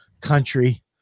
country